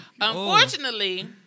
Unfortunately